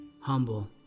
humble